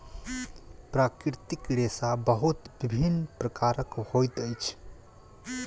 प्राकृतिक रेशा बहुत विभिन्न प्रकारक होइत अछि